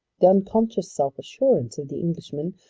the unconscious self-assurance of the englishman,